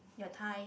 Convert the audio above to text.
your thigh